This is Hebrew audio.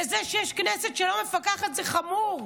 וזה שיש כנסת שלא מפקחת, זה חמור,